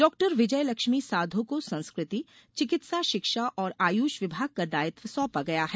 डॉ विजय लक्ष्मी साधो को संस्कृति चिकित्सा शिक्षा और आयुष विभाग का दायित्व सौंपा गया है